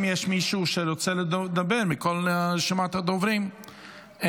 האם יש מישהו מכל רשימת הדוברים שרוצה לדבר?